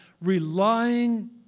relying